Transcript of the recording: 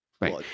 Right